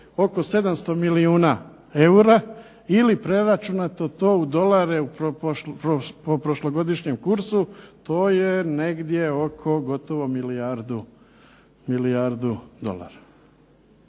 oko 700 milijuna eura ili preračunato to u dolare po prošlogodišnjem kursu to je negdje oko gotovo milijardu dolara.